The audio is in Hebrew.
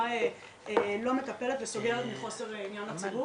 לא מטפלת וסוגרת מחוסר עניין לציבור.